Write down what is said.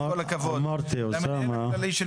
למה בתי חולים?